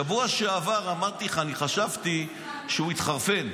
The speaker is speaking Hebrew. בשבוע שעבר אמרתי לך, אני חשבתי שהוא התחרפן,